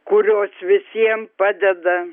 kurios visiem padeda